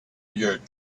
your